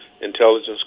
Intelligence